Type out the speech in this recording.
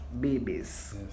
babies